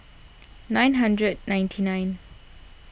nine hundred ninety nine